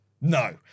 No